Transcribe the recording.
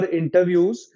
interviews